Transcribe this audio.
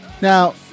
Now